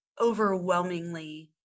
overwhelmingly